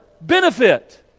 benefit